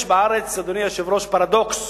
יש בארץ, אדוני היושב-ראש, פרדוקס